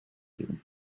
you